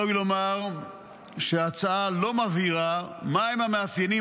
ראוי לומר שההצעה לא מבהירה מהם המאפיינים